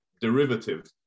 derivative